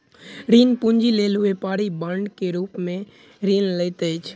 ऋण पूंजी लेल व्यापारी बांड के रूप में ऋण लैत अछि